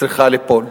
צריכה ליפול.